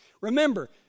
Remember